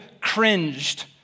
cringed